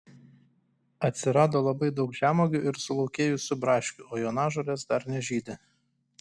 atsirado labai daug žemuogių ir sulaukėjusių braškių o jonažolės dar nežydi